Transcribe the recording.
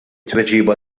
tweġiba